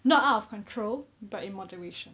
not out of control but in moderation